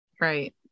Right